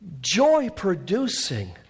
joy-producing